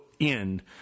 end